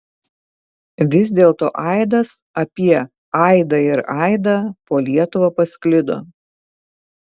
vis dėlto aidas apie aidą ir aidą po lietuvą pasklido